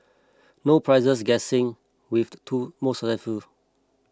no prizes guessing with the two more successful